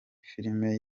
filime